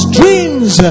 dreams